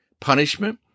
punishment